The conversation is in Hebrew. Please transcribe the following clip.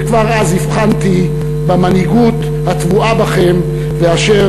וכבר אז הבחנתי במנהיגות הטבועה בכם ואשר